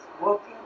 working